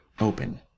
open